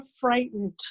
frightened